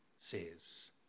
says